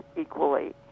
equally